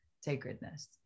sacredness